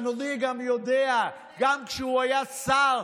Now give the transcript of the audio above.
אדוני גם יודע שגם כשהוא היה שר,